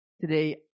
today